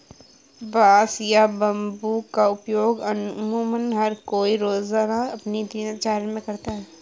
बांस या बम्बू का उपयोग अमुमन हर कोई रोज़ाना अपनी दिनचर्या मे करता है